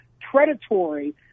predatory